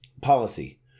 policy